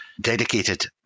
dedicated